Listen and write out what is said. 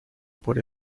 por